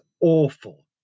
awful